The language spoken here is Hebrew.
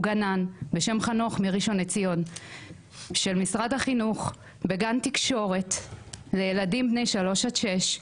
גנן מראשון לציון בגן תקשורת של משרד החינוך לילדים בני שלוש עד שש,